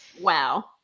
wow